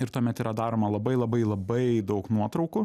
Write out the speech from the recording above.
ir tuomet yra daroma labai labai labai daug nuotraukų